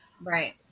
Right